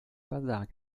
basar